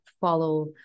follow